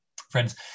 Friends